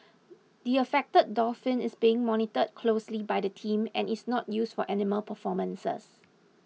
the affected dolphin is being monitored closely by the team and is not used for animal performances